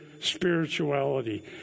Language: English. spirituality